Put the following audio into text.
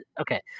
Okay